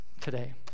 today